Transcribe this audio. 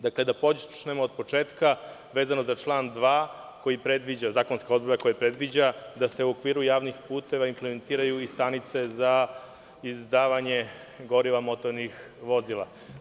Dakle, da počnemo od početka, vezano za član 2, zakonska odredba koja predviđa da se u okviru javnih puteva implementiraju i stanice za izdavanje goriva motornih vozila.